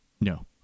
No